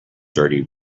dirty